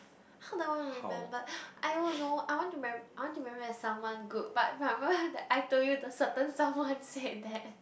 how do I want to be remembered I don't know I want to remem~ I want to be remembered as someone good but remember that I told you the certain someone said that